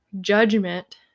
judgment